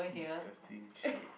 disgusting shake